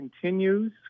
continues